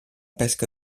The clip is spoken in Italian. pesca